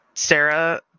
sarah